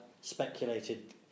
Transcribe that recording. speculated